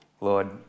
Lord